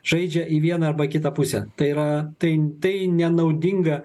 žaidžia į vieną arba į kitą pusę tai yra tai tai nenaudinga